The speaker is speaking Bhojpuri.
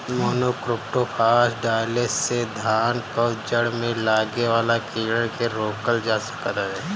मोनोक्रोटोफास डाले से धान कअ जड़ में लागे वाला कीड़ान के रोकल जा सकत हवे